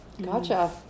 gotcha